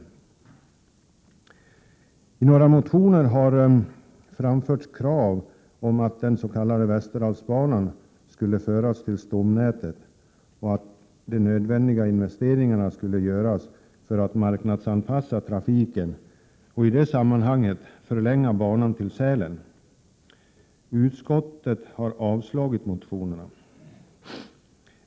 I några motioner har det framförts krav på att den s.k. Västerdalsbanan skulle föras över till stomnätet och att de nödvändiga investeringarna skulle göras för att marknadsanpassa trafiken. I det sammanhanget skulle man förlänga banan till Sälen. Utskottet har avstyrkt motionerna.